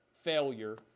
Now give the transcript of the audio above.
failure